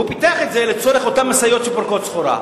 הוא פיתח את זה לצורך אותן משאיות שפורקות סחורה.